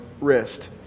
wrist